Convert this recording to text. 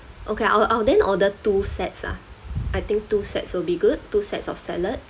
okay I'll I will then order two sets ah I think two sets will be good two sets of salad